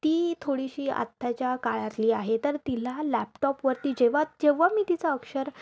ती थोडीशी आत्ताच्या काळातली आहे तर तिला लॅपटॉपवरती जेव्हा जेव्हा मी तिचं अक्षर